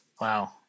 Wow